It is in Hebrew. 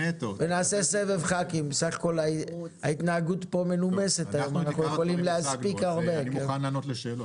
אני מוכן לענות לשאלות.